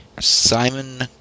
Simon